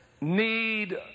need